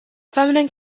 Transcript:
feminine